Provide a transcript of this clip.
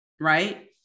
right